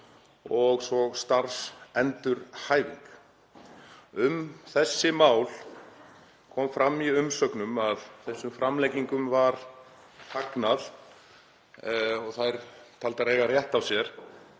og svo starfsendurhæfingu. Um þessi mál kom fram í umsögnum að þessum framlengingum væri fagnað og þær taldar eiga rétt á sér